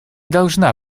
должна